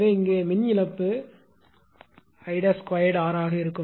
எனவே இங்கே மின் இழப்பு அளவு 𝐼′2𝑟 ஆக இருக்கும்